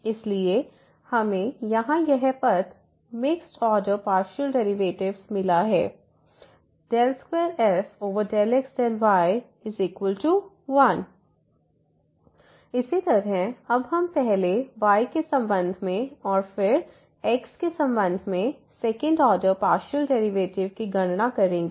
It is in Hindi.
इसलिए हमें यहां यह path mixed order partial derivatives call है 2f∂x∂y1 इसी तरह अब हम पहले y के संबंध में और फिर x के संबंध में सेकंड ऑर्डर पार्शियल डेरिवेटिव की गणना करेंगे